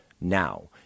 now